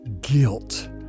guilt